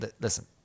Listen